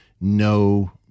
no